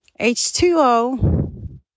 H2O